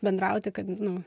bendrauti kad nu